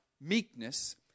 meekness